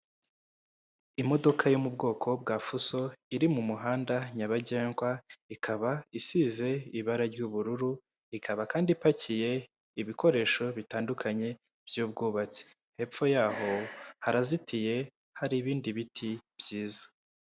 Imodoka yo mu bwoko bwa fuso iri mu muhanda nyabagendwa ikaba isize ibara ry'ubururu ikaba kandi ipakiye ibikoresho bitandukanye by'ubwubatsi, hepfo y'aho harazitiye hari ibindi biti byiza.